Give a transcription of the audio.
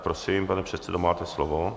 Prosím, pane předsedo, máte slovo.